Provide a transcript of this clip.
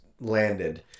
landed